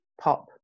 pop